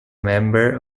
member